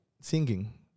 Singing